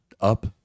up